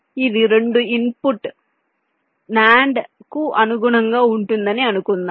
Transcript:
ఇది రెండు input NAND కు అనుగుణంగా ఉంటుందని అనుకుందాం